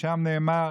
ששם נאמר: